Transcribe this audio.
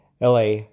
LA